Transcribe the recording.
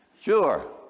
Sure